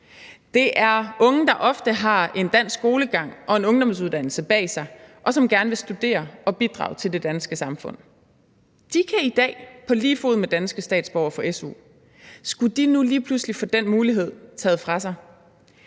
Det er unge, der ofte har en dansk skolegang og en ungdomsuddannelse bag sig, og som gerne vil studere og bidrage til det danske samfund. De kan i dag på lige fod med danske statsborgere få su. Skulle de nu lige pludselig få taget den mulighed fra sig?